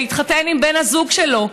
שהתחתן עם בן הזוג שלו,